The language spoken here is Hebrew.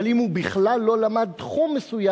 אבל אם הוא בכלל לא למד תחום מסוים,